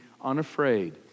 unafraid